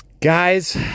guys